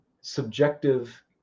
subjective